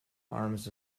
arms